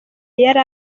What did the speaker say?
yari